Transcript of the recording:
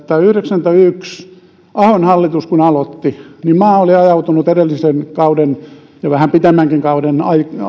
että yhdeksänkymmentäyksi kun ahon hallitus aloitti maa oli ajautunut edellisen kauden ja vähän pidemmänkin kauden